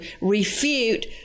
refute